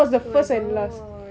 oh my god